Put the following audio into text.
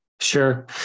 sure